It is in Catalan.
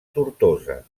tortosa